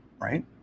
right